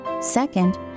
Second